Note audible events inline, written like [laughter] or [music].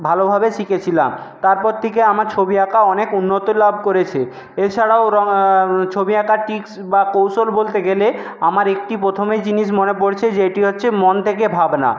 ভালোভাবে শিখেছিলাম তারপর থেকে আমার ছবি আঁকায় অনেক উন্নতি লাভ করেছে এছাড়াও [unintelligible] ছবি আঁকার ট্রিকস বা কৌশল বলতে গেলে আমার একটি প্রথমেই জিনিস মনে পড়ছে যেইটি হচ্ছে মন থেকে ভাবনা